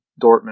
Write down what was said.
Dortmund